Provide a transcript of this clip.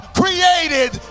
created